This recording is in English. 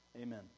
Amen